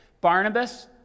Barnabas